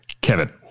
Kevin